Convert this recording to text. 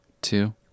Two